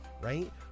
right